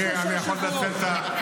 תקרא את הסוף, גלנט?